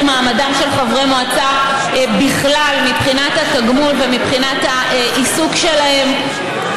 מעמדם של חברי מועצה בכלל מבחינת התגמול ומבחינת העיסוק שלהם,